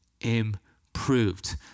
improved